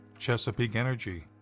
chesapeake energy.